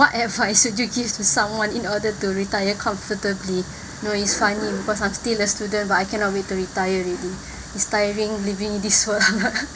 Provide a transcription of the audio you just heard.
what advice would you give to someone in order to retire comfortably you know it's funny because I'm still a student but I cannot wait to retire already is tiring living in this world